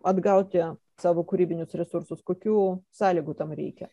atgauti savo kūrybinius resursus kokių sąlygų tam reikia